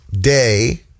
day